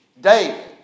David